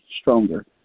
stronger